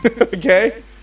Okay